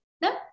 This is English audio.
No